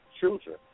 children